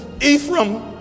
Ephraim